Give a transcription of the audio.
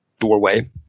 doorway